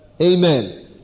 Amen